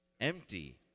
empty